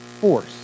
force